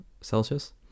Celsius